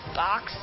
box